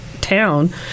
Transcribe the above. town